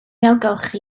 ailgylchu